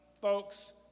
folks